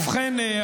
ובכן,